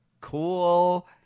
cool